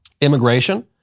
Immigration